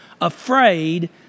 afraid